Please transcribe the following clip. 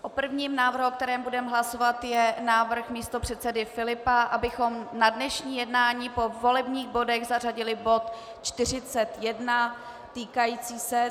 První návrh, o kterém budeme hlasovat, je návrh místopředsedy Filipa, abychom na dnešní jednání po volebních bodech zařadili bod 41 týkající se...